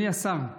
אדוני השר,